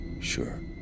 sure